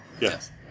Yes